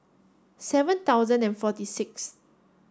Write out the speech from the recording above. seven thousand and forty six